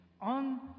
on